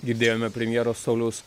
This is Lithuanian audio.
girdėjome premjero sauliaus